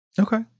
Okay